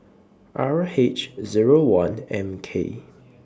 R H Zero one M K